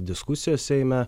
diskusijos seime